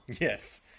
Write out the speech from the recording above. Yes